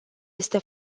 este